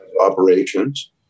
operations